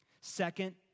Second